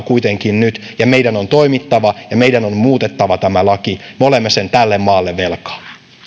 kuitenkin nyt ja meidän on toimittava ja meidän on muutettava tämä laki me olemme sen tälle maalle velkaa